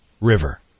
river